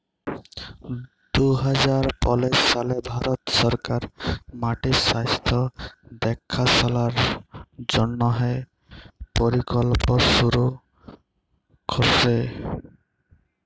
দু হাজার পলের সালে ভারত সরকার মাটির স্বাস্থ্য দ্যাখাশলার জ্যনহে পরকল্প শুরু ক্যরে